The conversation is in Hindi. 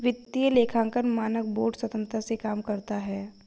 वित्तीय लेखांकन मानक बोर्ड स्वतंत्रता से काम करता है